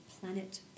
planet